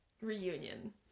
reunion